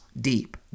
deep